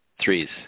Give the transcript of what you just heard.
Threes